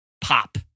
pop